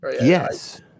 Yes